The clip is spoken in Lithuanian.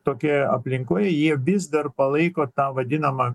tokioj aplinkoje jie vis dar palaiko tą vadinamą